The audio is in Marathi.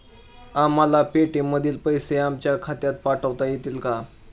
आम्हाला पेटीएम मधील पैसे आमच्या खात्यात पाठवता येतील का?